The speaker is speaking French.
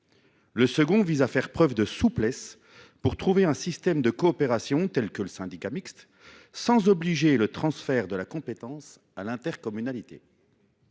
Le second est de faire preuve de souplesse et de trouver un système de coopération, tel que le syndicat mixte, sans obliger à transférer la compétence à l’intercommunalité.